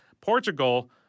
Portugal